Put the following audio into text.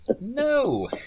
No